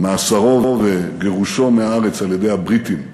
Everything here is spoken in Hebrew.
מאסרו וגירושו מהארץ על-ידי הבריטים,